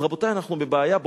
אז, רבותי, אנחנו בבעיה.